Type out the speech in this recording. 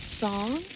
song